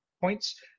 points